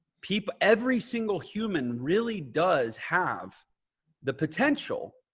people, every single human really does have the potential.